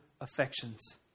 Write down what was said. affections